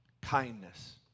kindness